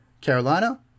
Carolina